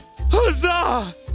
Huzzah